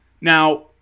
now